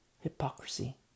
Hypocrisy